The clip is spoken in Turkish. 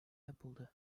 yapıldı